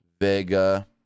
Vega